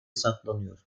saklanıyor